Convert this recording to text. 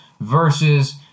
versus